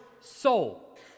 soul